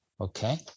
Okay